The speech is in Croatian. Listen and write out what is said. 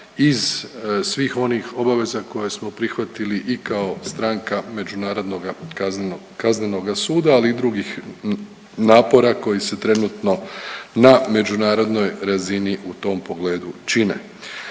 iz svih onih obaveza koje smo prihvatili i kao stranka Međunarodnoga kaznenoga suda, ali i drugih napora koji se trenutno na međunarodnoj razini u tom pogledu čine.